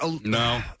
No